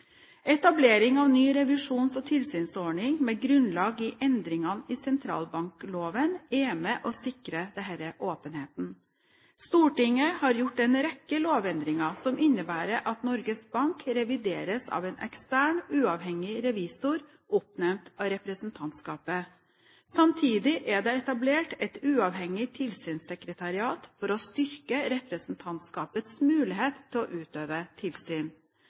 Etablering av ny revisjons- og tilsynsordning med grunnlag i endringene i sentralbankloven er med og sikrer denne åpenheten. Stortinget har gjort en rekke lovendringer som innebærer at Norges Bank revideres av en ekstern, uavhengig revisor, oppnevnt av representantskapet. Samtidig er det etablert et uavhengig tilsynssekretariat for å styrke representantskapets mulighet til å utøve tilsyn.